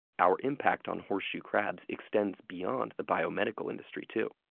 our impact on horseshoe crabs extends beyond the biomedical industry, too.